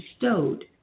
bestowed